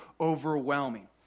overwhelming